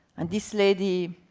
and this lady,